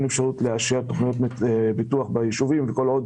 אפשרות לאשר תכניות פיתוח ביישובים וכל עוד